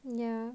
ya